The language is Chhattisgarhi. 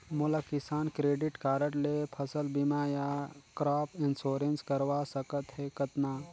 मोला किसान क्रेडिट कारड ले फसल बीमा या क्रॉप इंश्योरेंस करवा सकथ हे कतना?